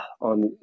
on